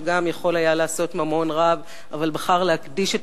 שגם הוא יכול היה לעשות ממון רב אבל בחר להקדיש את